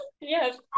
yes